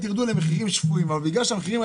גם מחוץ לוועדה בפגישות עבודה כדי לראות